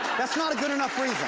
that's not a good enough reason.